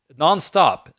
nonstop